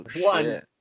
one